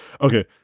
Okay